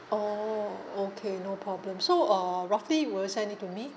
oh okay no problem so uh roughly you will send it to me